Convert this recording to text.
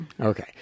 Okay